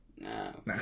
No